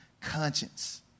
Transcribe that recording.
conscience